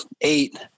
eight